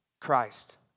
Christ